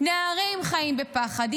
נערים חיים בפחד,